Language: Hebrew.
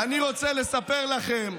אני רוצה לספר לכם: